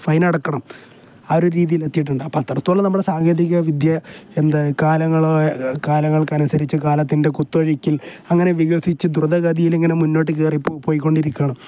fine അടയ്ക്കണം ആ ഒരു രീതിയിൽ എത്തിയിട്ടുണ്ട് അപ്പം അത്തരത്തോളം നമ്മുടെ സാങ്കേതിക വിദ്യ എന്താണ് കാലങ്ങൾ കാലങ്ങൾക്ക് അനുസരിച്ചു കാലത്തിൻ്റെ കുത്തൊഴിക്കൽ അങ്ങനെ വികസിച്ചു ദ്രുതഗതിയിൽ അങ്ങനെ മുന്നോട്ട് കയറി പോയിക്കൊണ്ടിരിക്കണം